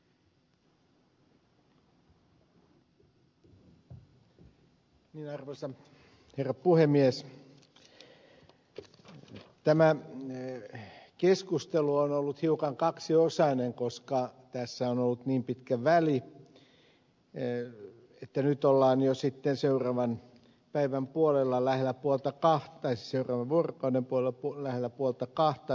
tämä keskustelu on ollut hiukan kaksiosainen koska tässä on ollut niin pitkä väli että nyt ollaan sitten jo seuraavan vuorokauden puolella lähellä puolta kahta hissi on von cane volo puun lähelle puolta yöllä